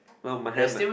no my helmet